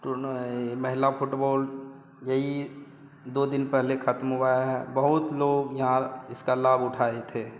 टुर्ना महिला फुटबोल यही दो दिन पहले ख़त्म हुआ है बहुत लोग यहाँ इसका लाभ उठाए थे